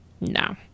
no